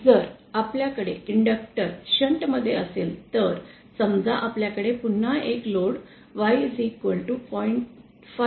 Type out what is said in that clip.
जर आपल्याकडे inductor shunt मध्ये असेल तर समजा आपल्याकडे पुन्हा एक लोड Y 0